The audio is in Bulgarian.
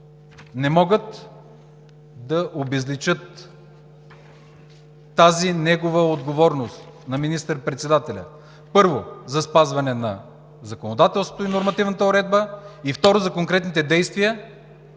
не могат да обезличат тази негова отговорност – на министър-председателя, първо, за спазване на законодателството и нормативната уредба и, второ, за конкретните действия